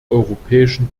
europäischen